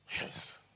Yes